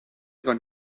con